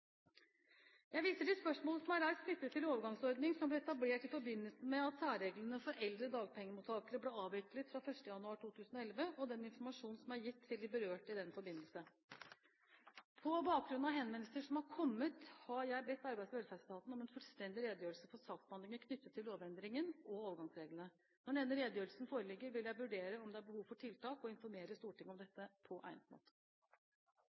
Jeg viser til spørsmål som er reist knyttet til overgangsordningen som ble etablert i forbindelse med at særreglene for eldre dagpengemottakere ble avviklet fra 1. januar 2011, og den informasjonen som er gitt til de berørte i den forbindelse. På bakgrunn av henvendelser som har kommet, har jeg bedt Arbeids- og velferdsetaten om en fullstendig redegjørelse for saksbehandlingen knyttet til lovendringen og overgangsreglene. Når denne redegjørelsen foreligger, vil jeg vurdere om det er behov for tiltak, og informere Stortinget om dette på egnet måte.